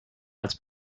als